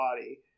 body